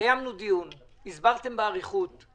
כשהם מתחילים לחזור אנחנו